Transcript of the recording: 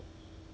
oh is it